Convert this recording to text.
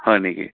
হয় নেকি